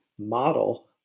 model